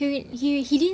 he alr~ he didn't